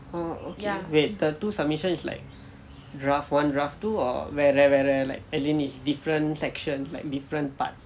wait the two submissions is like draft one draft two or வேற வேற:vera vera like as in it's different sections like different parts